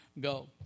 go